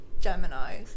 Gemini